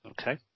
Okay